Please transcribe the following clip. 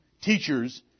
teachers